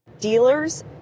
Dealers